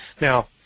Now